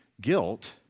guilt